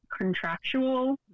contractual